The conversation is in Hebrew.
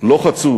לא חצו